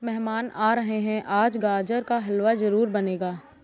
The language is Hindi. मेहमान आ रहे है, आज गाजर का हलवा जरूर बनेगा